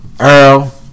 Earl